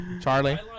Charlie